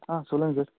ஆ சொல்லுங்கள் சார்